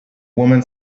woman